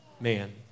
man